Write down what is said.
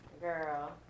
Girl